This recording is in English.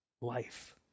life